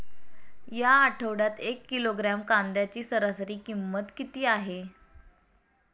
या आठवड्यात एक किलोग्रॅम कांद्याची सरासरी किंमत किती आहे?